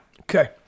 Okay